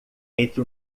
entre